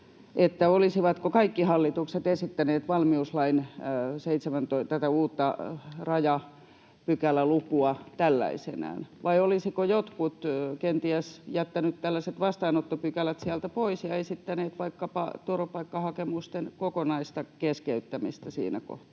olisivatko kaikki hallitukset esittäneet valmiuslain uutta rajapykälälukua tällaisenaan vai olisivatko jotkut kenties jättäneet tällaiset vastaanottopykälät sieltä pois ja esittäneet vaikkapa turvapaikkahakemusten kokonaista keskeyttämistä siinä kohtaa,